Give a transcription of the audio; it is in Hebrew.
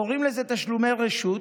קוראים לזה "תשלומי רשות",